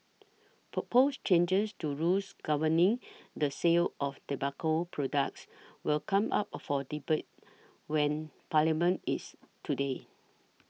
proposed changes to rules governing the sale of tobacco products will come up for debate when Parliament is today